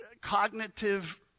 cognitive